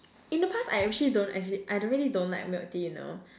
in the past I actually don't actually I really don't like milk tea you know